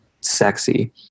sexy